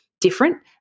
different